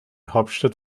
hauptstadt